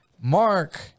Mark